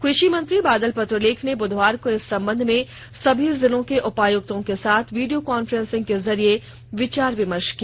कृषि मंत्री बादल पत्रलेख ने बुधवार को इस संबंध में सभी जिलों के उपायुक्तों के साथ वीडियो कॉन्फ्रेंसिंग के जरिए विचार विमर्श किया